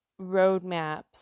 roadmaps